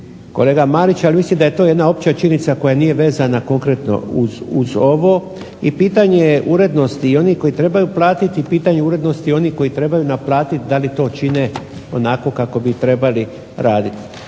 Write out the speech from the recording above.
kolega Marić, ali mislim da je to jedna opća činjenica koja nije vezana konkretno uz ovo i pitanje je urednosti i onih koji trebaju platiti i pitanje urednosti onih koji trebaju naplatit da li to čine onako kako bi trebali raditi.